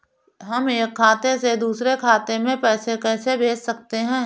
हम एक खाते से दूसरे खाते में पैसे कैसे भेज सकते हैं?